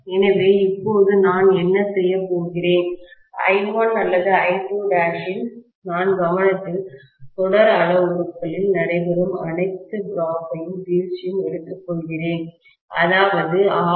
எனவே இப்போது நான் என்ன செய்கிறேன் I1 அல்லது I2' நான் கவனத்தில் தொடர் அளவுருக்களில் நடைபெறும் அனைத்து டிராப் யும் வீழ்ச்சி யும் எடுத்துக்கொள்கிறேன் அதாவது R1 R2' X1 X2'